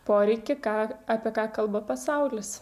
poreikį ką apie ką kalba pasaulis